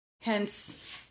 hence